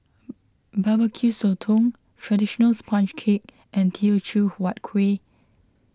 Barbecue Sotong Traditional Sponge Cake and Teochew Huat Kueh